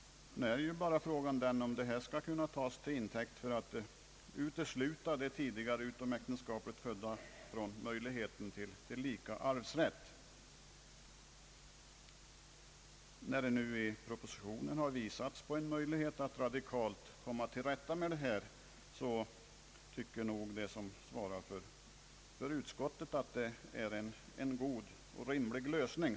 Frågan är bara om detta skall kunna tas till intäkt för att utesluta de tidigare utom äktenskapet födda barnen från möjligheten till lika arvsrätt. När nu propositionen visar på en möjlighet att radikalt komma till rätta med detta, har utskottets majoritet ansett det vara en god lösning.